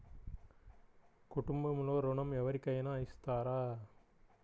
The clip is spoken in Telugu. కుటుంబంలో ఋణం ఎవరికైనా ఇస్తారా?